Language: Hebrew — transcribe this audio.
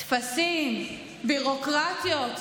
טפסים, ביורוקרטיות.